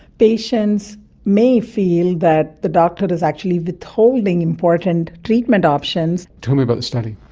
patients may feel that the doctor is actually withholding important treatment options. tell me about study.